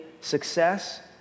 success